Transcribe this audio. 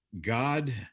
God